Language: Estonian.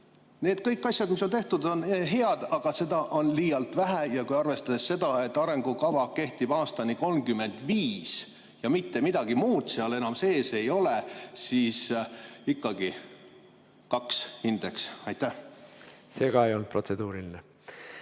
need asjad, mis on tehtud, on head, aga seda on liialt vähe, arvestades seda, et arengukava kehtib aastani 2035 ja mitte midagi muud seal enam sees ei ole. Nii et ikkagi hindeks "2". Ka see ei olnud protseduuriline